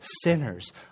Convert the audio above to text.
sinners